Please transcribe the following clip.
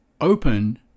open